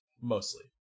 mostly